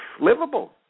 livable